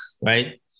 right